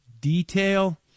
detail